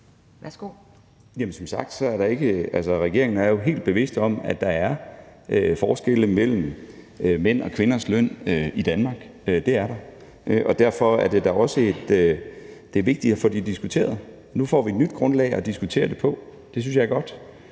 Regeringen er som sagt helt bevidst om, at der er forskelle på mænds og kvinders løn i Danmark. Det er der. Derfor er det også vigtigt at få det diskuteret. Nu får vi et nyt grundlag at diskutere det på. Det synes jeg er godt.